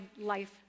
life